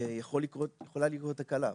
יכולה לקרות תקלה.